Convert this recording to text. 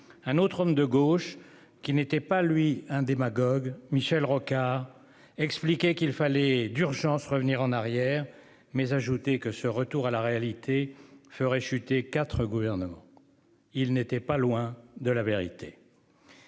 Un autre homme de gauche qui n'était pas lui un démagogue, Michel Rocard, expliqué qu'il fallait d'urgence revenir en arrière mais ajouté que ce retour à la réalité ferait chuter 4, gouvernement. Il n'était pas loin de la vérité.